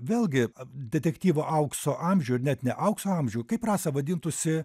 vėlgi detektyvo aukso amžių net ne aukso amžių kaip rasa vadintųsi